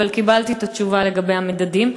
אבל קיבלתי את התשובה לגבי המדדים.